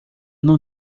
não